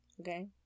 Okay